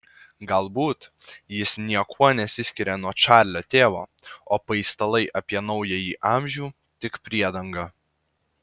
galbūt jis niekuo nesiskiria nuo čarlio tėvo o paistalai apie naująjį amžių tik priedanga